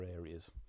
areas